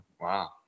wow